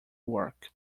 work